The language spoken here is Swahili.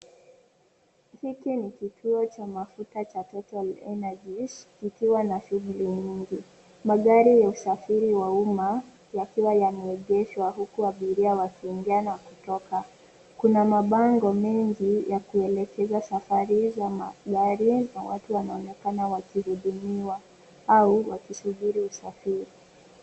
Hiki ni kituo cha mafuta cha Total Energies ikiwa na shuguli nyingi. Magari ya usafiri wa umma yakiwa yameegeshwa huku abiria wakiingia na kutoka. Kuna mabango mengi ya kuelekeza safari za magari na watu wanaonekana wakihudumiwa au wakisubiri usafiri.